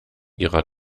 ihrer